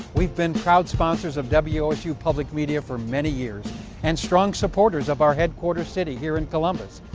we've been proud sponsors of wosu public media for many years and strong supporters of our headquarter city here in columbus,